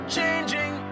changing